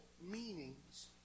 meanings